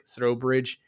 Throwbridge